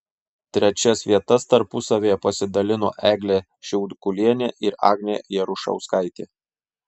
trečias vietas tarpusavyje pasidalino eglė šiaudkulienė ir agnė jarušauskaitė